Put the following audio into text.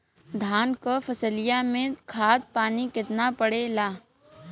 धान क फसलिया मे खाद पानी कितना पड़े ला?